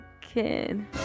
kid